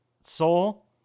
soul